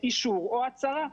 אישור או הצהרה.